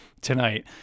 tonight